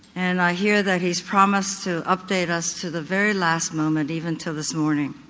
and i hear that he's promised to update us to the very last moment, even to this morning.